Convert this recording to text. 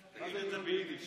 יידיש.